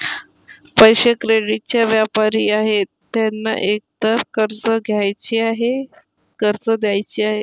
पैसे, क्रेडिटचे व्यापारी आहेत ज्यांना एकतर कर्ज घ्यायचे आहे, कर्ज द्यायचे आहे